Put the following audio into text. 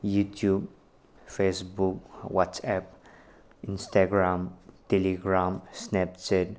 YouTube Facebook WhatsApp Instagram telegram snapchat